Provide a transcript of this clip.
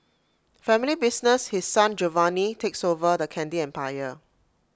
family business His Son Giovanni takes over the candy empire